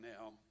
now